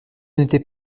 n’était